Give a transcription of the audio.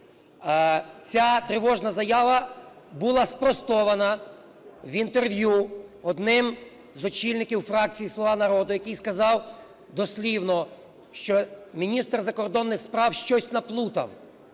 Ця тривожна заява була спростована в інтерв'ю одним з очільників фракції "Слуга народу", який сказав дослівно, що міністр закордонних справ щось наплутав,